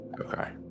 okay